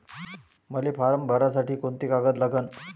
मले फारम भरासाठी कोंते कागद लागन?